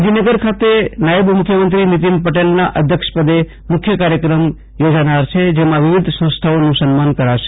ગાંધીનગર ખાતે નાયબ મુખ્યમંત્રી નીતિનભાઈ પટે લના અધ્યક્ષપદે મુખ્ય કા ર્યક્રમ યોજાનાર છે જેમાં વિવિધ સં સ્થાઓનું સન્માન કરાશે